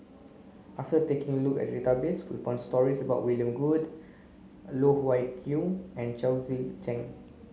after taking a look at database we found stories about William Goode Loh Wai Kiew and Chao Tzee Cheng